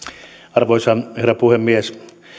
arvoisa herra puhemies